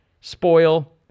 spoil